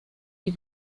die